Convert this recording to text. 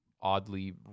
oddly